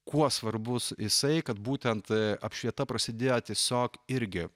kuo svarbus jisai kad būtent apšvieta prasidėjo tiesiog irgi